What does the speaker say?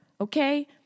okay